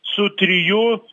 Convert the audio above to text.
su trijų